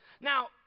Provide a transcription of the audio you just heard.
Now